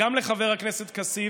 וגם לחבר הכנסת כסיף,